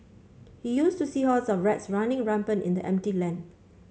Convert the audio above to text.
he used to see hordes of rats running rampant in the empty land